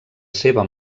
seva